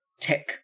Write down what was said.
tech